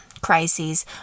crises